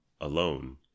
alone